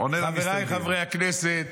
חבריי חברי הכנסת,